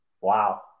Wow